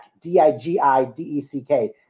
D-I-G-I-D-E-C-K